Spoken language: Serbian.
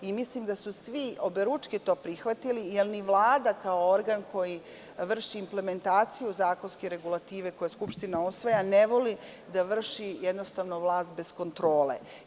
Mislim da su svi oberučke to prihvatili, jer ni Vlada kao organ koji vrši implementaciju zakonske regulative koje Skupština usvaja ne voli da vrši vlast bez kontrole.